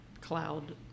cloud